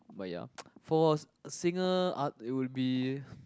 but ya for a singer uh it would be